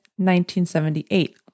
1978